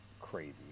crazy